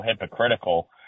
hypocritical